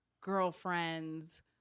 girlfriends